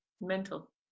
Mental